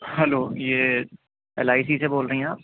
hello یہ L I C سے بول رہی ہیں آپ